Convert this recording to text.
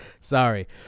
sorry